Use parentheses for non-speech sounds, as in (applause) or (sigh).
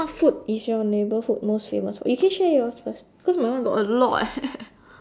what food is your neighbourhood most famous for you can share yours first cause my one got a lot eh (laughs)